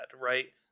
right